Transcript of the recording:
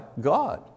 God